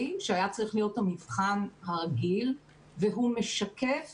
שהיה צריך להיות המבחן הרגיל והוא משקף